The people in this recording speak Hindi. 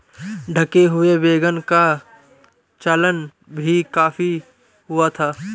ढके हुए वैगन का चलन भी काफी हुआ था